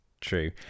true